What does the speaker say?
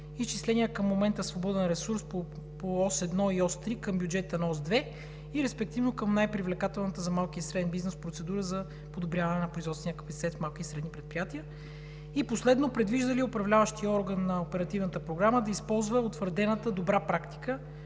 изчисления към момента свободен ресурс по Ос 1 и Ос 3 към бюджета на Ос 2 и респективно към най-привлекателната за малкия и среден бизнес процедура за подобряване на производствения капацитет в малките и средни предприятия? Предвижда ли управляващият орган на Оперативната програма да използва утвърдената добра практика